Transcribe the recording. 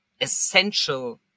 essential